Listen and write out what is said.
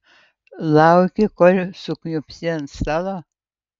lauki kol sukniubsi ant stalo